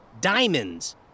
diamonds